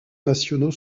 nationaux